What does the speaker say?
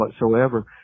whatsoever